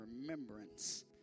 remembrance